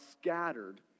scattered